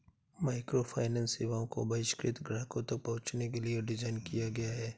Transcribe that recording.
microfinance सेवाओं को बहिष्कृत ग्राहकों तक पहुंचने के लिए डिज़ाइन किया गया है